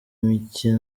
mike